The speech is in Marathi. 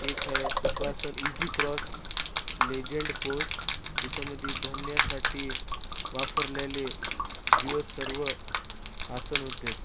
एक आहे सुखासन इझी क्रॉस लेजेंड पोस ज्याच्यामध्ये धन्यासाठी वापरलेले जीव सर्व आसन होते